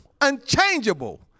unchangeable